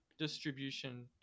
distribution